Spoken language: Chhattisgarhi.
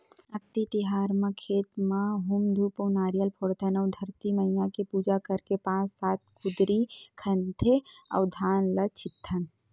अक्ती तिहार म खेत म हूम धूप अउ नरियर फोड़थन अउ धरती मईया के पूजा करके पाँच सात कुदरी खनथे अउ धान ल छितथन